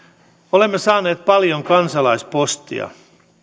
olemme saaneet paljon kansalaispostia